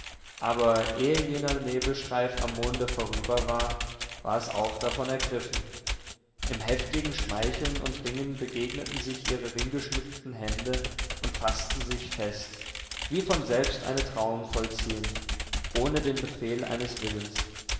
aber ehe jener nebelstreif am monde vorüber war war es auch davon ergriffen im heftigen schmeicheln und ringen begegneten sich ihre ringgeschmückten hände und faßten sich fest wie von selbst eine trauung vollziehend ohne den befehl eines willens